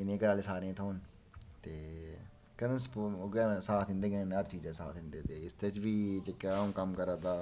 एह् नेह् घरै आहले सारें गी थ्होन ते कदें स्पोर्ट उ'यै साथ दिंदे गै न ते हर चीजै दा साथ दिंदे ते इसदे च बी अ'ऊं जेह्ड़ा कम्म करै दा